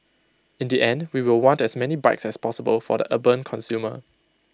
in the end we will want as many bikes as possible for the urban consumer